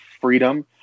freedom